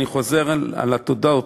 אני חוזר על התודות,